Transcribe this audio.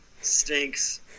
stinks